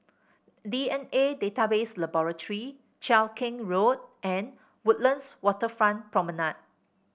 D N A Database Laboratory Cheow Keng Road and Woodlands Waterfront Promenade